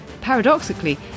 paradoxically